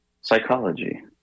psychology